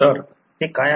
तर ते काय आहे